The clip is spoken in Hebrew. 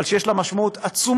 אבל יש לה משמעות עצומה